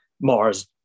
Mars